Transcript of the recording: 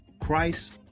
Christ